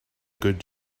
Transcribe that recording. good